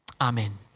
Amen